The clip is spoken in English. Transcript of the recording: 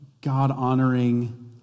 God-honoring